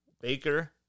Baker